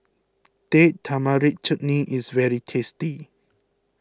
Date Tamarind Chutney is very tasty